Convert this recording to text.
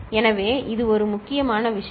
எனவே இது ஒரு முக்கியமான விஷயம்